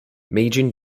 magen